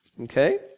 Okay